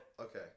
Okay